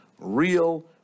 real